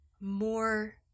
more